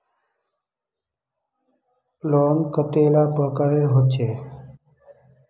Loan कतेला प्रकारेर होचे?